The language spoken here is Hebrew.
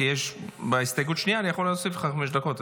כי בהסתייגות שנייה אני יכול להוסיף לך חמש דקות,